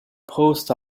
post